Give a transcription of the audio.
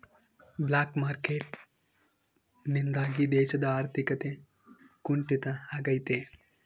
block market ನಿಂದಾಗಿ ದೇಶದ ಆರ್ಥಿಕತೆ ಕುಂಟಿತ ಆಗ್ತೈತೆ